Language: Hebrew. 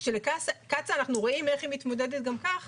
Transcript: כשאנחנו רואים איך קצא"א מתמודדת, באמת